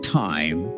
time